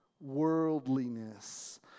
Worldliness